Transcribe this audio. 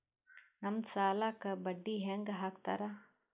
ನಮ್ ಸಾಲಕ್ ಬಡ್ಡಿ ಹ್ಯಾಂಗ ಹಾಕ್ತಾರ?